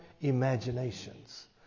imaginations